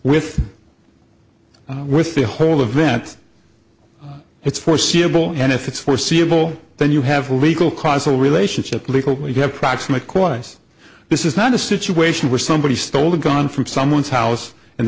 with with the whole event it's foreseeable and if it's foreseeable then you have a legal causal relationship legally you have proximate cause this is not a situation where somebody stole the gun from someone's house and